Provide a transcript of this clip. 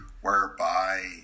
whereby